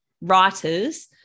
writers